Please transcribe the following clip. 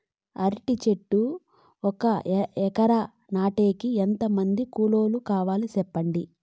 అంటి చెట్లు ఒక ఎకరా నాటేకి ఎంత మంది కూలీలు కావాలి? సెప్పండి?